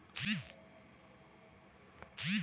चेकबुकचे पैसे जमा केले नाही तर काय होईल?